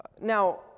Now